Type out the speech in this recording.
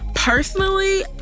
Personally